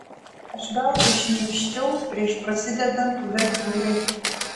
aš veltui šnypščiau prieš prasidedant uvertiūrai